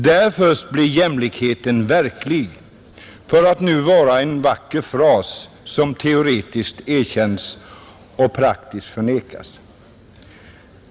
Där först blir jämlikheten verklig, för att nu vara en vacker fras, som teoretiskt erkännes och som praktiskt förnekas.